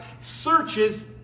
searches